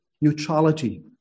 neutrality